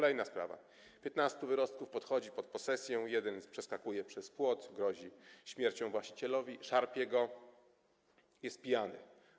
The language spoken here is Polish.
Następna sprawa: 15 wyrostków podchodzi pod posesję, jeden przeskakuje przez płot, grozi śmiercią właścicielowi, szarpie go, jest pijany.